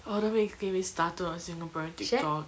oh don't make get me started on singaporean tiktok